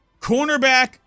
Cornerback